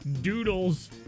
doodles